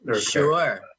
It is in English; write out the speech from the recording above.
Sure